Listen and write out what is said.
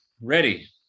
Ready